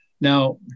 Now